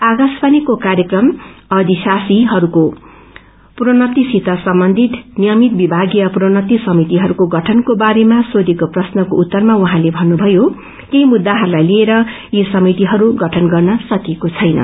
आकाशवाणीको कार्यक्रम अविशासीहरूको प्रोन्नतिसित सबन्धित नियमित विभागीय प्रोन्नति समितिहरूको गठनको बारेमा सोथिएको प्रश्नको उत्तरमा उहाँले भन्नुभयो केही मुद्याहरूलाई लिएर यी समितिहय गठन गर्न सकिएन